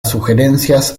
sugerencias